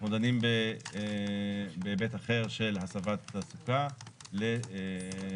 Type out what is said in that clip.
אנחנו דנים בהיבט אחר של הסבת תעסוקה למגורים.